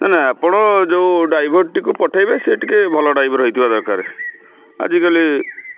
ନା ନା ଆପଣ ଯେଉଁ ଡ୍ରାଇଭରଟିକୁ ପଠାଇବେ ସେ ଟିକେ ଭଲ ଡ୍ରାଇଭର ହେଇଥିବା ଦରକାରେ ଆଜିକାଲି